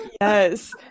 Yes